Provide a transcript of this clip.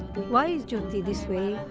why is jyoti this way?